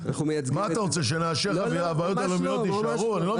מה אתה רוצה שנאשר והבעיות הלאומיות יישארו אני לא מבין?